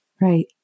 Right